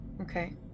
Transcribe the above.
okay